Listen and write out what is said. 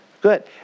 Good